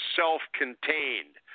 self-contained